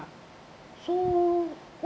so